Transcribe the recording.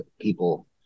people